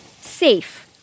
Safe